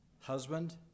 husband